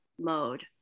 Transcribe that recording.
mode